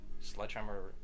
Sledgehammer